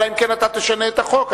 אלא אם כן אתה תשנה את החוק.